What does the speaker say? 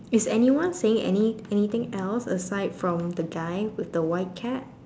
is anyone saying any anything else aside from the guy with the white cap